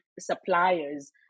suppliers